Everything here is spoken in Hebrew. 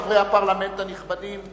חברי הפרלמנט הנכבדים,